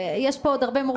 יש פה עוד הרבה מורכבות.